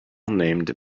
named